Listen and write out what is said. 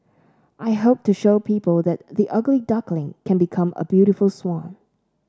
I hope to show people that the ugly duckling can become a beautiful swan